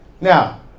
Now